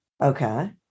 Okay